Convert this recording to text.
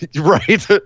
Right